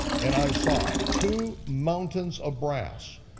and i saw two mountains of brass.